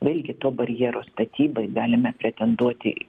vėlgi to barjero statybai galime pretenduoti